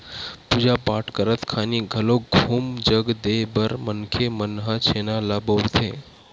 पूजा पाठ करत खानी घलोक हूम जग देय बर मनखे मन ह छेना ल बउरथे